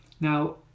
Now